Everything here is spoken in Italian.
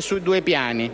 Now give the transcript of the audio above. su due piani: